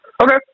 Okay